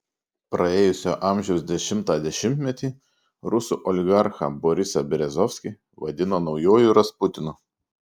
praėjusio amžiaus dešimtą dešimtmetį rusų oligarchą borisą berezovskį vadino naujuoju rasputinu